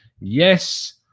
Yes